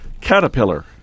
Caterpillar